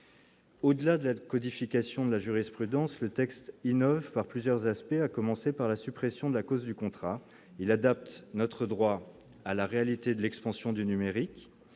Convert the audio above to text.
Au-delà de la codification de la jurisprudence, le texte innove par plusieurs aspects, à commencer par la suppression de la cause du contrat, il adapte notre droit à la réalité de l'expansion du numérique,